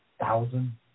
thousand